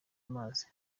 amazi